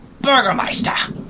burgermeister